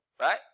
Right